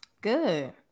Good